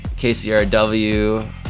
KCRW